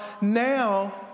now